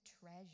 treasure